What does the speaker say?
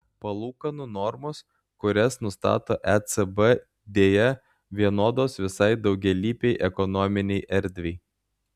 palūkanų normos kurias nustato ecb deja vienodos visai daugialypei ekonominei erdvei